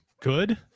good